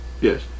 yes